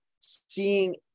seeing